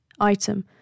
item